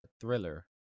Thriller